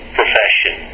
profession